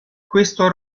questo